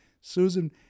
Susan